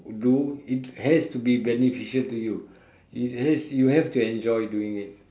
do it has to be beneficial to you it has you have to enjoy doing it